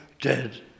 dead